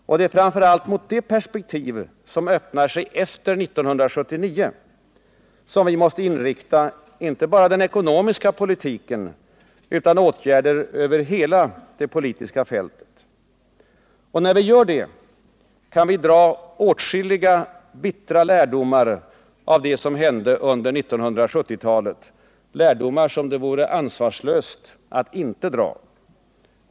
Och det är framför allt mot det perspektiv som öppnar sig efter 1979 som vi måste inrikta inte bara den ekonomiska politiken, utan åtgärder över hela det politiska fältet. Och när vi gör det, kan vi dra åtskilliga bittra lärdomar av det som hände under 1970-talet, lärdomar som det vore ansvarslöst att inte dra.